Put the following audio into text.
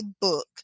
book